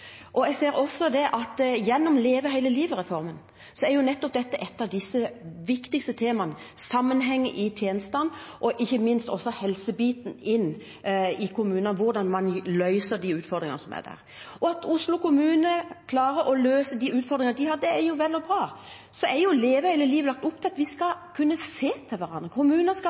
er et av de viktigste temaene – sammenheng i tjenestene og ikke minst helsebiten i kommunene, hvordan man løser de utfordringene som er der. At Oslo kommune klarer å løse de utfordringene de har, er vel og bra. Leve hele livet er lagt opp til at vi skal kunne se til hverandre. Kommuner skal